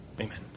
Amen